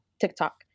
TikTok